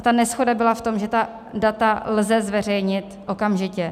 Ta neshoda byla v tom, že data lze zveřejnit okamžitě.